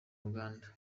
uganda